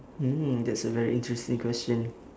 mm that's a very interesting question